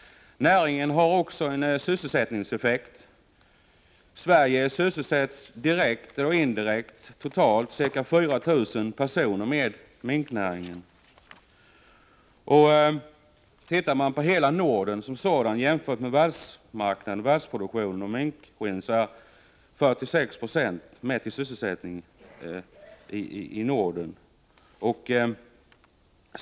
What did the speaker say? Näringen har också sysselsättningseffekt. I Sverige sysselsätts direkt eller indirekt totalt ca 4 000 personer i minknäringen. Räknat i antalet sysselsatta sker 46 90 av världens skinnproduktion i Norden.